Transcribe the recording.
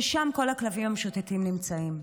ששם כל הכלבים המשוטטים נמצאים.